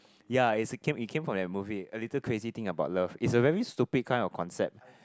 ya it's a came it came from that movie a Little Crazy Thing About Love is a very stupid kind of concept